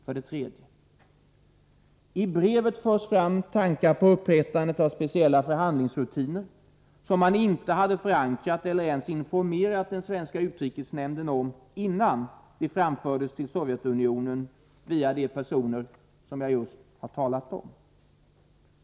För det tredje: I brevet förs fram tankar på upprättandet av speciella förhandlingsrutiner som man inte förankrat hos eller ens informerat den svenska utrikesnämnden om innan de framfördes till Sovjetunionen via de personer som jag just nämnde.